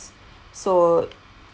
so